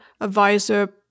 advisor